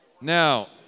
Now